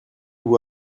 vous